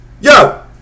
Yo